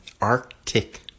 Arctic